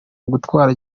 ugutwara